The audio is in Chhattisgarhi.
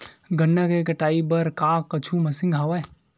गन्ना के कटाई बर का कुछु मशीन हवय?